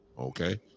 okay